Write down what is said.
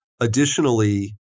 Additionally